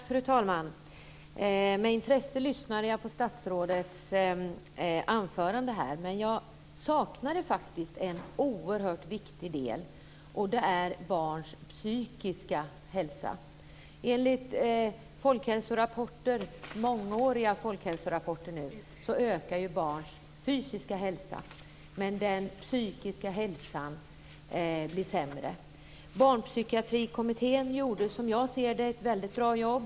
Fru talman! Med intresse lyssnade jag på statsrådets anförande. Men jag saknade faktiskt en viktig del, och det är barns psykiska hälsa. Enligt mångåriga folkhälsorapporter ökar barns fysiska hälsa. Men den psykiska hälsan blir sämre. Barnpsykiatrikommittén gjorde, som jag ser det, ett väldigt bra jobb.